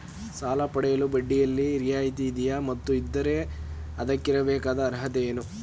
ಸಾಲ ಪಡೆಯಲು ಬಡ್ಡಿಯಲ್ಲಿ ರಿಯಾಯಿತಿ ಇದೆಯೇ ಮತ್ತು ಇದ್ದರೆ ಅದಕ್ಕಿರಬೇಕಾದ ಅರ್ಹತೆ ಏನು?